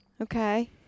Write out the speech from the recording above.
Okay